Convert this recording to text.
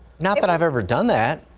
not that i've ever done that.